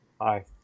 Hi